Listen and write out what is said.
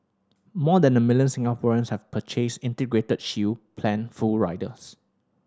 more than a million Singaporeans have purchased Integrated Shield Plan full riders